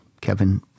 Kevin